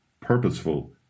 purposeful